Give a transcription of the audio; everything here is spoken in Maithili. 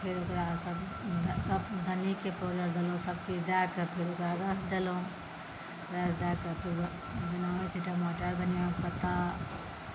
फेर ओकरा सभ धनिके पावडर देलहुँ सभ किछु दए कऽ ओकरा फेर रस देलहुँ रस दयकऽजेना होइ छै टमाटर धनिआ पत्ता